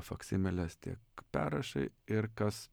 faksimilės tiek perrašai ir kas